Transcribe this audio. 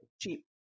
cheap